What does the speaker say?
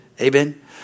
Amen